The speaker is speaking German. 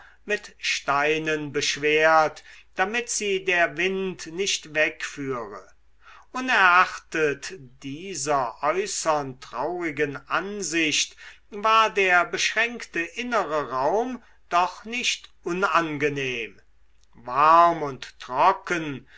mit steinen beschwert damit sie der wind nicht wegführe unerachtet dieser äußern traurigen ansicht war der beschränkte innere raum doch nicht unangenehm warm und trocken